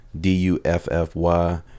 D-U-F-F-Y